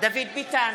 דוד ביטן,